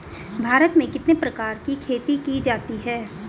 भारत में कितने प्रकार की खेती की जाती हैं?